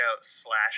slash